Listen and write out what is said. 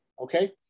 okay